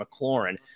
McLaurin